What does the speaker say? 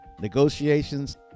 negotiations